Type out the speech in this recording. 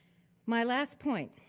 my last point,